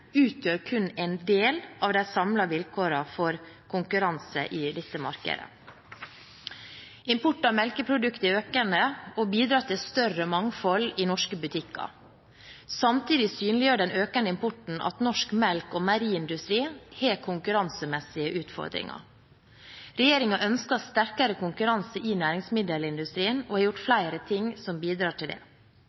utgjør kun en del av de samlede vilkårene for konkurranse i dette markedet. Import av melkeprodukter er økende og bidrar til større mangfold i norske butikker. Samtidig synliggjør den økende importen at norsk melk og meieriindustri har konkurransemessige utfordringer. Regjeringen ønsker sterkere konkurranse i næringsmiddelindustrien og har gjort flere ting som bidrar til det.